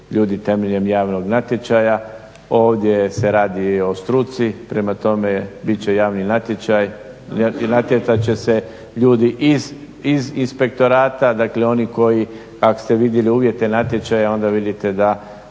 ljudi temeljem javnog natječaja. Ovdje se radi o struci, prema tome bit će javni natječaj i natjecat će se ljudi iz inspektorata, dakle oni koji ako ste vidjeli uvjete natječaja onda vidite da